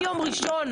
מיום ראשון,